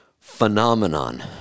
phenomenon